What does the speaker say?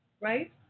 right